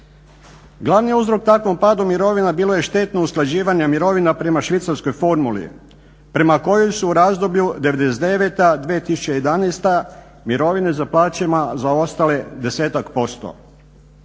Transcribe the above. Glavni uzrok takvom padu mirovina bilo je štetno usklađivanje mirovina prema švicarskoj formuli, prema kojoj su u razdoblju 99.-2011. mirovine za plaćama zaostale 10%. Dolaskom